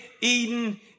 Eden